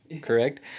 correct